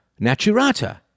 naturata